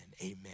amen